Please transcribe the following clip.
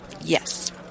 Yes